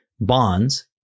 bonds